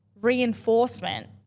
reinforcement